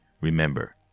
Remember